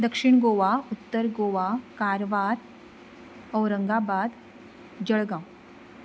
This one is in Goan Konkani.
दक्षीण गोवा उत्तर गोवा कारवार औरंगाबाद जळगांव